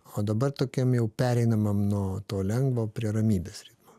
o dabar tokiam jau pereinamam nuo to lengvo prie ramybės ritmo